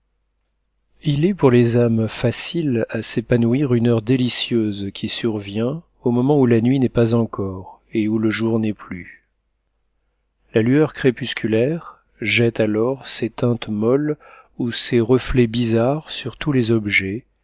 il est pour les âmes faciles à s'épanouir une heure délicieuse qui survient au moment où la nuit n'est pas encore et où le jour n'est plus la lueur crépusculaire jette alors ses teintes molles ou ses reflets bizarres sur tous les objets